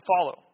follow